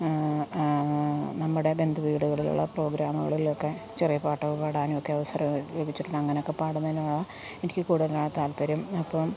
നമ്മുടെ ബന്ധുവീടുകളിലുള്ള പ്രോഗ്രാമുകളിലൊക്കെ ചെറിയ പാട്ടൊക്കെ പാടാനുമൊക്കെ അവസരം ലഭിച്ചിട്ടുണ്ട് അങ്ങനെയൊക്കെ പാടുന്നതിനോടാണ് എനിക്ക് കൂടുതൽ താൽപര്യം അപ്പം